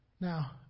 Now